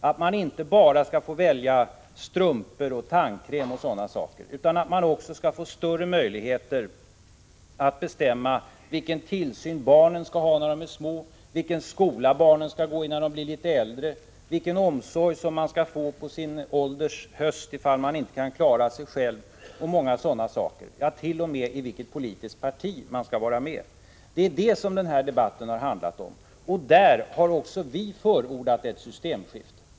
Att man inte bara skall tillåtas att välja strumpor, tandkräm och sådant utan att man också skall få större möjligheter att bestämma vilken tillsyn barnen skall ha när de är små, vilken skola barnen skall gå i när de blir litet äldre, vilken omsorg man skall få på sin ålders höst ifall man inte kan klara sig själv och många sådana saker — ja, t.o.m. bestämma i vilket politiskt parti man skall vara med. Det är detta som debatten har handlat om. Och där har också vi förordat ett systemskifte.